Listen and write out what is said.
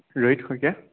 Rohit Saikia